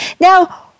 Now